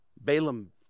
Balaam